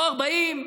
לא 40,